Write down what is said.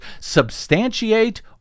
substantiate